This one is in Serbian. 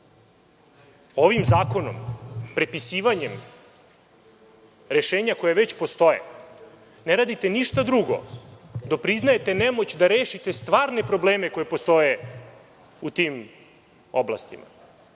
zakonom, prepisivanjem rešenja koja već postoje, ne radite ništa drugo do priznajete nemoć da rešite stvarne probleme koji postoje u tim oblastima.